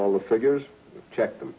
all the figures checked the